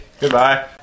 Goodbye